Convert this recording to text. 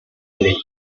derecha